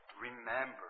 remember